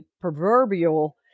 proverbial